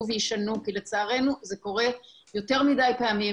ויישנו כי לצערנו זה קורה יותר מדי פעמים.